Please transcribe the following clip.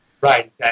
Right